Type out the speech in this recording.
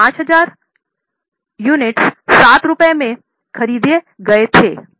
तो 5000 यूनिट 7 रुपये में खरीदे गए थे